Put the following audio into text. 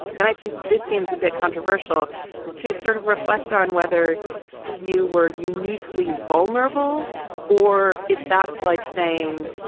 and i think this seems a bit controversial to sort of reflect on whether you were uniquely vulnerable or if that's like saying,